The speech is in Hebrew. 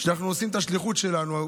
שאנחנו עושים את השליחות שלנו.